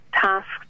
tasks